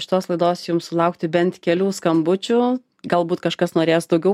iš tos laidos jums sulaukti bent kelių skambučių galbūt kažkas norės daugiau